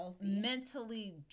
mentally